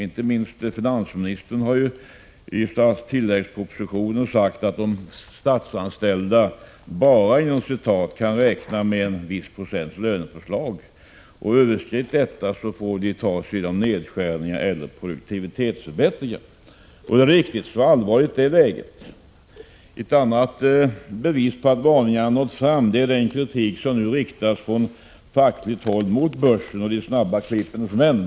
Inte minst har finansministern i tilläggspropositionen sagt att de statsanställda bara kan räkna med en viss procents lönepåslag. Överskrids detta får det tas igen genom nedskärningar eller produktivitetsförbättringar. Det är riktigt, så allvarligt är läget. Ett annat bevis på att varningarna nått fram är den kritik som nu riktas från fackligt håll mot börsen och de snabba klippens män.